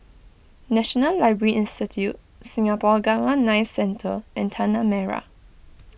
National Library Institute Singapore Gamma Knife Centre and Tanah Merah